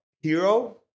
Hero